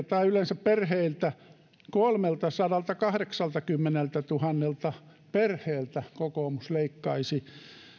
tai yleensä perheiltä kolmeltasadaltakahdeksaltakymmeneltätuhannelta perheeltä kokoomus leikkaisi